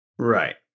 Right